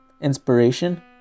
inspiration